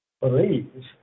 believes